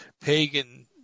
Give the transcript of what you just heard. pagan